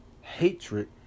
hatred